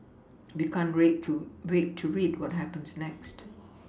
we can't wait to red to read what happens next